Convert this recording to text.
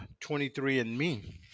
23andMe